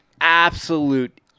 absolute